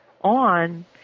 on